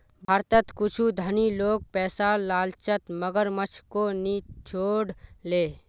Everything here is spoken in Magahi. भारतत कुछू धनी लोग पैसार लालचत मगरमच्छको नि छोड ले